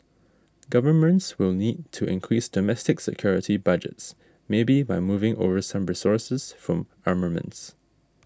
governments will need to increase domestic security budgets maybe by moving over some resources from armaments